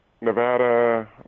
Nevada